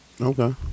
Okay